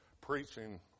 preaching